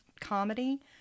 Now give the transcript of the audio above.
comedy